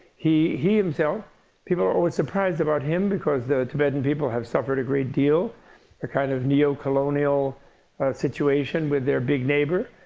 he he himself people are always surprised about him because the tibetan people have suffered a great deal, a kind of neocolonial situation with their big neighbor,